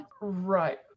right